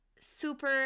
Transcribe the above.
super